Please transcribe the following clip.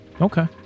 okay